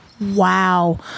wow